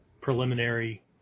preliminary